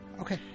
Okay